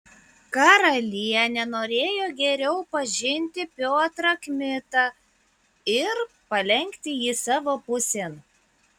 karalienė norėjo geriau pažinti piotrą kmitą ir palenkti jį savo pusėn